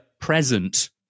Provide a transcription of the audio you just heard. present